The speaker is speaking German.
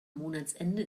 monatsende